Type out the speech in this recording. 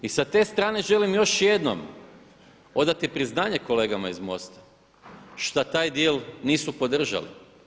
I sa te strane želim još jednom odati priznanje kolegama iz MOST-a šta taj dil nisu podržali.